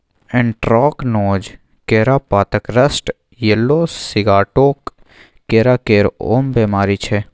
anthracnose, केरा पातक rust, yellow Sigatoka केरा केर आम बेमारी छै